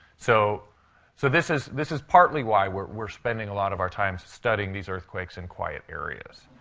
so so this is this is partly why we're we're spending a lot of our time studying these earthquakes in quiet areas.